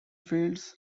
finds